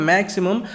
Maximum